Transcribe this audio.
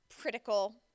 critical